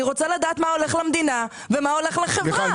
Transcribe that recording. אני רוצה לדעת מה הולך למדינה ומה הולך לחברה,